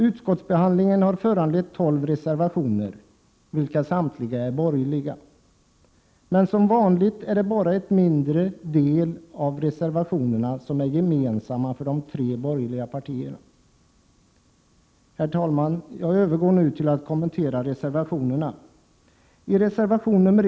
Utskottsbehandlingen har föranlett tolv reservationer, vilka samtliga är borgerliga. Men som vanligt är det bara en mindre del av reservationerna som är gemensamma för de tre borgerliga partierna. Jag övergår nu till att kommentera reservationerna. Prot.